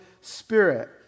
Spirit